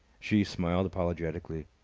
she smiled apologetically.